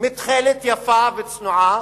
בתכלת יפה וצנועה: